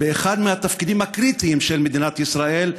באחד מהתפקידים הקריטיים של מדינת ישראל,